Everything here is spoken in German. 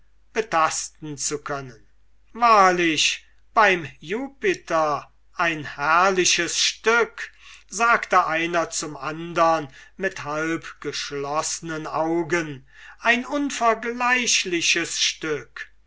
betasten zu können wahrlich beim jupiter ein herrliches stück sagte einer zum andern mit halbgeschloßnen augen ein unvergleichliches stück